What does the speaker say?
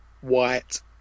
white